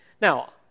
Now